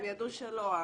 הם ידעו שלא.